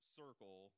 circle